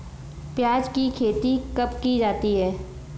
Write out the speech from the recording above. प्याज़ की खेती कब की जाती है?